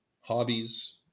hobbies